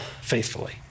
faithfully